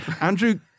Andrew